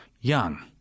young